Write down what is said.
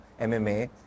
MMA